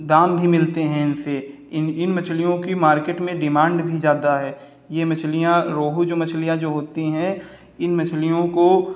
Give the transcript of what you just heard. दाम भी मिलते हैं इनसे इन इन मछलियों की मार्केट में डिमाण्ड भी ज़्यादा है ये मछलियाँ रोहू जो मछलियाँ जो होती है इन मछलियों को